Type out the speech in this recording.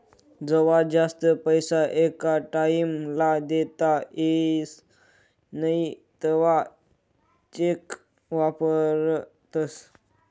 जवा जास्त पैसा एका टाईम ला देता येस नई तवा चेक वापरतस